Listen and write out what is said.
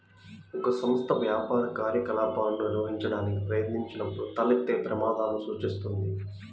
ఒక సంస్థ వ్యాపార కార్యకలాపాలను నిర్వహించడానికి ప్రయత్నించినప్పుడు తలెత్తే ప్రమాదాలను సూచిస్తుంది